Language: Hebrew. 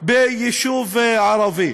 ביישוב ערבי.